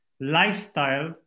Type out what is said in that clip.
lifestyle